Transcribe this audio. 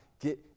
get